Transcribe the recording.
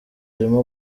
arimo